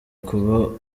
kuba